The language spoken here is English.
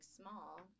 small